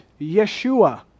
Yeshua